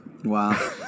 Wow